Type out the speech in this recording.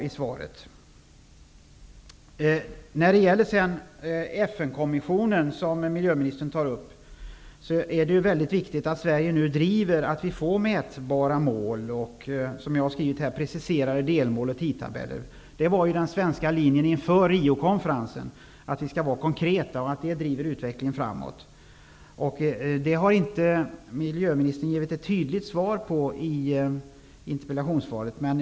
När det så gäller FN-kommissionen, som miljöministern också talar om, är det väldigt viktigt att Sverige driver på samt att vi får mätbara mål men även, som jag skriver, preciserade delmål och tidtabeller. Den svenska linjen inför Riokonferensen var ju att vi skall vara konkreta för att driva utvecklingen framåt. Men miljöministern ger inte något tydligt svar i det avseendet.